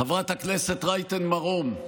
חברת הכנסת רייטן מרום,